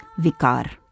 vikar